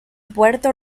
puerto